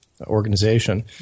Organization